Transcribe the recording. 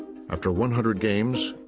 after one hundred games,